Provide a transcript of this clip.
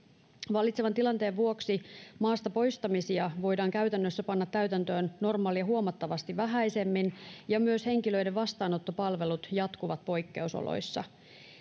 vallitsevan tilanteen vuoksi maasta poistamisia voidaan käytännössä panna täytäntöön normaalia huomattavasti vähäisemmin ja myös henkilöiden vastaanottopalvelut jatkuvat poikkeusoloissa